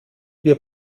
wir